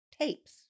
tapes